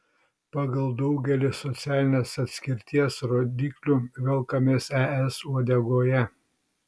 pagal daugelį socialinės atskirties rodiklių velkamės es uodegoje